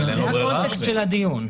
זה הקונטקסט של הדיון.